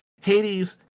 Hades